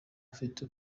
bafite